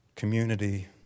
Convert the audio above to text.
Community